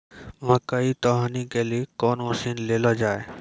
मकई तो हनी के लिए कौन मसीन ले लो जाए?